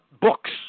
books